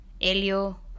Elio